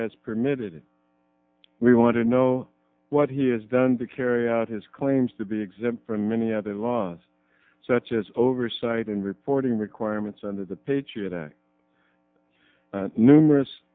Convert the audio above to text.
has permitted we want to know what he has done to carry out his claims to be exempt from any other laws such as oversight and reporting requirements under the patriot act numerous